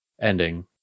ending